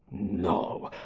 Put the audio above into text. no,